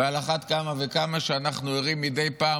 ועל אחת כמה וכמה שאנחנו ערים מדי פעם,